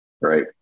right